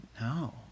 no